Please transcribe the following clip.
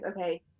okay